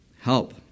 help